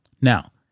Now